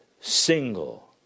single